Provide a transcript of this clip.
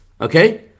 Okay